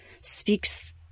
speaks